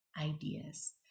ideas